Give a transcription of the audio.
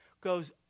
goes